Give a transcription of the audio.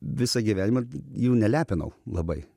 visą gyvenimą jų nelepinau labai